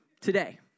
Today